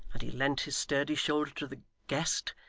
and he leant his sturdy shoulder to the guest,